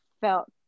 felt